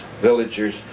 villagers